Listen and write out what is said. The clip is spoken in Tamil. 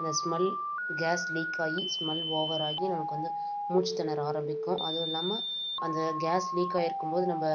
இந்த ஸ்மெல் கேஸ் லீக் ஆகி ஸ்மெல் ஓவராகி நமக்கு வந்து மூச்சு திணற ஆரபிக்கும் அதுவும் இல்லாமல் அந்த கேஸ் லீக் ஆகியிருக்கும்போது நம்ம